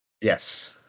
Yes